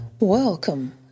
Welcome